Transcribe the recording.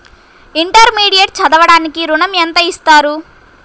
Intermediate చదవడానికి ఋణం ఎంత ఇస్తారు?